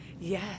Yes